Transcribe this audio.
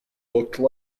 looked